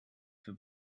wer